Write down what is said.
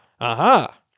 Aha